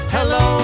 Hello